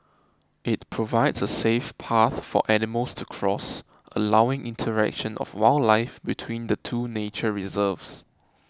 it provides a safe path for animals to cross allowing interaction of wildlife between the two nature reserves